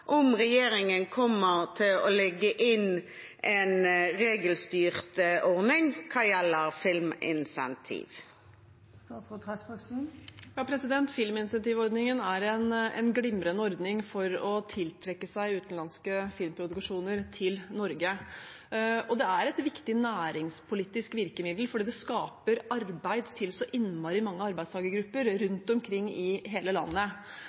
om regjeringen kommer til å legge inn en regelstyrt ordning når det gjelder filminsentiv. Filminsentivordningen er en glimrende ordning for å tiltrekke seg utenlandske filmproduksjoner til Norge. Det er et viktig næringspolitisk virkemiddel, for det skaper arbeid til så innmari mange arbeidstakergrupper rundt omkring i hele landet.